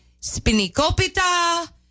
Spinikopita